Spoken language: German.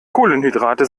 kohlenhydrate